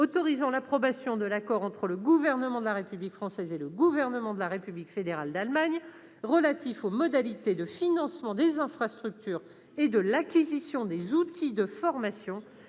autorisant l'approbation de l'accord entre le Gouvernement de la République française et le Gouvernement de la République fédérale d'Allemagne relatif aux modalités de financement des infrastructures et de l'acquisition des outils de formation